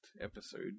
episode